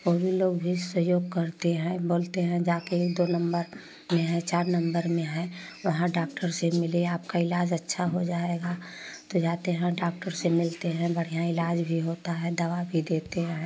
उ लोग भी सहयोग करते हैँ बोलते हैँ जा के दो नंबर में है चार नंबर में है वहाँ डाक्टर से मिलिए आपका इलाज अच्छा हो जाएगा तो जाते हैँ डाक्टर से मिलते हैँ बढ़िया इलाज भी होता है दवा भी देते हैँ